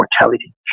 mortality